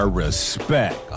respect，